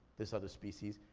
this other species,